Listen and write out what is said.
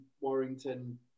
Warrington